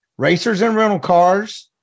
racersandrentalcars